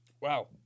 Wow